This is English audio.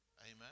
Amen